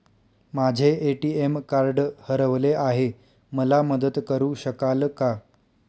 माझे ATM card हरवले आहे, मला मदत करु शकाल का?